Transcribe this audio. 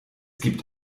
gibt